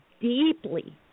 deeply